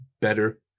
better